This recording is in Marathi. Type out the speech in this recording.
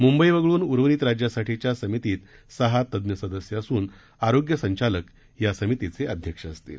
मुंबई वगळून उर्वरित राज्यासाठीच्या समितीत सहा तज्ज्ञ सदस्य असून आरोग्य संचालक या समितीचे अध्यक्ष असतील